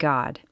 God